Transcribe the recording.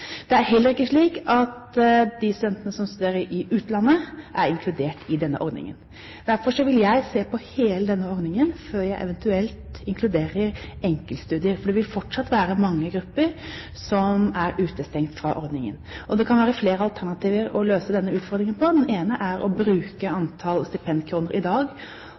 Det er heller ikke slik at de studentene som studerer i utlandet, er inkludert i denne ordningen. Derfor vil jeg se på hele denne ordningen før jeg eventuelt inkluderer enkeltstudier. Det vil fortsatt være mange grupper som er utestengt fra ordningen. Det kan være flere alternativer med hensyn til å løse denne utfordringen. Det ene er å bruke antall stipendkroner i dag